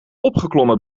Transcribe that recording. opgeklommen